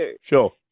Sure